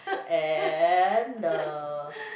and the